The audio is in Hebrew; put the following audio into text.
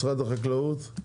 משרד החקלאות,